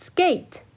Skate